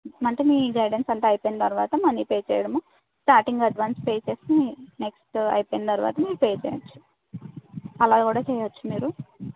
అంటే మీ గైడెన్స్ అంతా అయిపోయిన తర్వాత మనీ పే చేయడం స్టార్టింగ్ అడ్వాన్స్ పే చేసి నెక్స్ట్ అయిపోయిన తర్వాత పే చేయవచ్చు అలా కూడా చేయవచ్చు మీరు